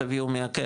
תביאו מהקרן.